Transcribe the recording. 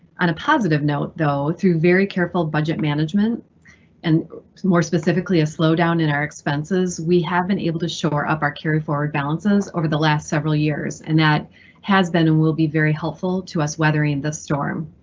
on a positive note, though, through very careful budget management and more specifically a slowdown in our expenses, we have been able to shore up our carry forward balances over the last several years. and that has been will be very helpful to us weathering the storm.